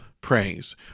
praise